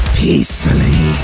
peacefully